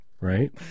right